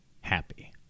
happy